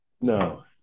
No